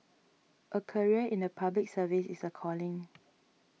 a career in the Public Service is a calling